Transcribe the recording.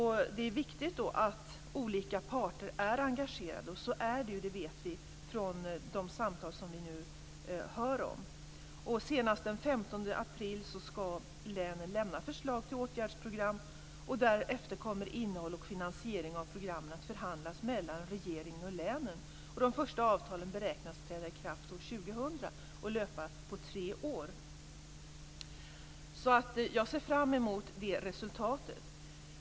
Det är då viktigt att olika parter är engagerade, och så är det ju, det vet vi från de samtal som vi nu hör om. Senast den 15 april skall länen lämna förslag till åtgärdsprogram, och därefter kommer innehåll och finansiering av programmen att förhandlas mellan regeringen och länen. De första avtalen beräknas träda i kraft år 2000 och löpa på tre år. Jag ser fram emot det resultatet.